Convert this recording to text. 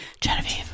genevieve